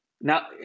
now